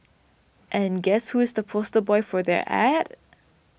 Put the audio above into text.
and guess who is the poster boy for their ad